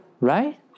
Right